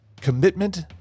Commitment